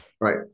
Right